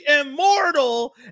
immortal